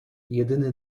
jedyny